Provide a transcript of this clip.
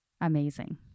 amazing